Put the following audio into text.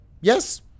Yes